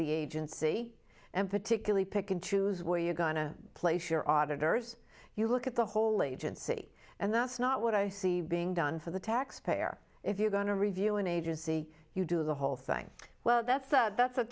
the agency and particularly pick and choose where you're going to place your auditors you look at the whole agency and that's not what i see being done for the taxpayer if you're going to review an agency you do the whole thing well that's that's a